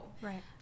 Right